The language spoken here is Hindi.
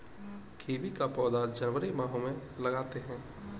कीवी का पौधा जनवरी माह में लगाते हैं